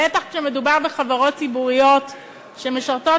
בטח כשמדובר בחברות ציבוריות שמשרתות